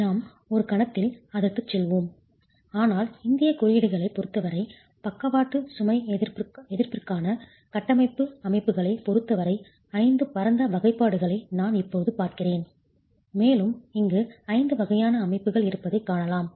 நாம் ஒரு கணத்தில் அதற்குச் செல்வோம் ஆனால் இந்திய குறியீடுகளைப் பொருத்தவரை பக்கவாட்டு லேட்ரல் சுமை எதிர்ப்பிற்கான கட்டமைப்பு அமைப்புகளைப் பொருத்தவரை 5 பரந்த வகைப்பாடுகளை நான் இப்போது பார்க்கிறேன் மேலும் இங்கு 5 வகையான அமைப்புகள் இருப்பதைக் காணலாம்